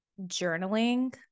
journaling